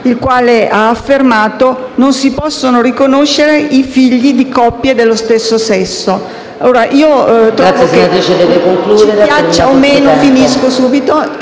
il quale ha affermato che non si possono riconoscere i figli di coppie dello stesso sesso.